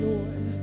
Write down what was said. Lord